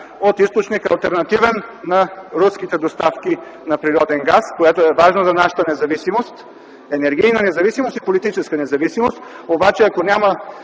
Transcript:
от източник, алтернативен на руските доставки на природен газ, което е важно за нашата енергийна и политическа независимост. Обаче, ако няма